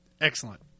excellent